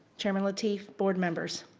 chairman lateef, board members.